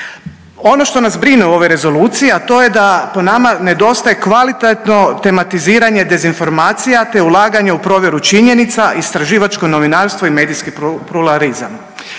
Ono što nas brine o ovoj rezoluciji, a to je da po nama nedostaje kvalitetno tematiziranje dezinformacija te ulaganje u provjeru činjenica, istraživačko novinarstvo i medijski pluralizam.